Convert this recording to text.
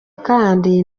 kandi